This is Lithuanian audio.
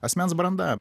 asmens branda